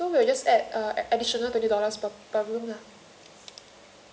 ya sure so we'll just add uh an additional twenty dollars per per room lah